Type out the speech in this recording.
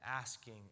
asking